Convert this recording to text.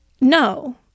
no